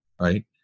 Right